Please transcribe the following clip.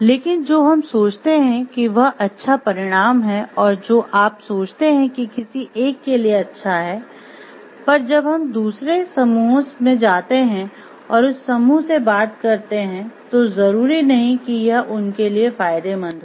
लेकिन जो हम सोचते हैं कि वह अच्छा परिणाम है और जो आप सोचते हैं कि किसी एक के लिए अच्छा है पर जब हम दूसरे समूहों में जाते हैं और उस समूह से बात करते हैं तो जरूरी नहीं कि यह उनके लिए फायदेमंद हो